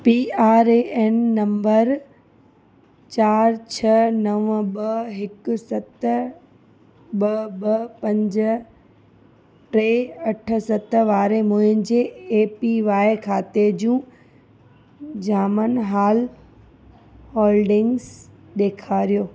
P R A N number चार छह नव ॿ हिकु सत ॿ ॿ पंज टे अठ सत वारे मुंहिंजे ए पी वाई खाते जूं ज़मान हालु होल्डिंगस ॾेखारियो